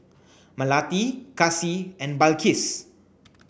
Melati Kasih and Balqis